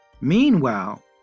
Meanwhile